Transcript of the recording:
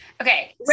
okay